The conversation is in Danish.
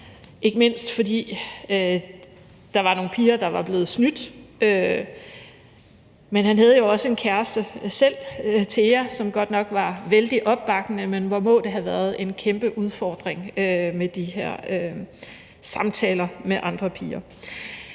ikke mindst fordi der var nogle piger, der var blevet snydt. Han havde jo også en kæreste selv, Tea, som godt nok var vældigt opbakkende, men hvor må det have været en kæmpe udfordring med de her samtaler med andre piger.